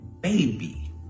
baby